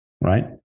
Right